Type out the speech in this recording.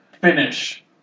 finish